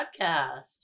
podcast